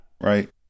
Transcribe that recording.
Right